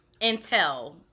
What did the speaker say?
intel